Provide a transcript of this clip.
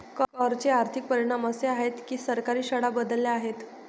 कर चे आर्थिक परिणाम असे आहेत की सरकारी शाळा बदलल्या आहेत